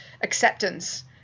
acceptance